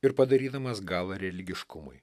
ir padarydamas galą religiškumui